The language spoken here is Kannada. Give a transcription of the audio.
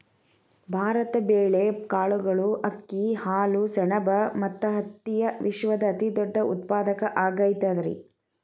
ಭಾರತ ಬೇಳೆ, ಕಾಳುಗಳು, ಅಕ್ಕಿ, ಹಾಲು, ಸೆಣಬ ಮತ್ತ ಹತ್ತಿಯ ವಿಶ್ವದ ಅತಿದೊಡ್ಡ ಉತ್ಪಾದಕ ಆಗೈತರಿ